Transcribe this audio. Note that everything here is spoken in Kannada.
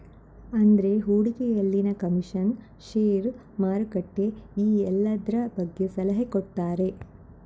ಅಂದ್ರೆ ಹೂಡಿಕೆಯಲ್ಲಿನ ಕಮಿಷನ್, ಷೇರು, ಮಾರ್ಕೆಟ್ ಈ ಎಲ್ಲದ್ರ ಬಗ್ಗೆ ಸಲಹೆ ಕೊಡ್ತಾರೆ